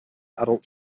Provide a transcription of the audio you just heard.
adult